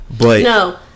No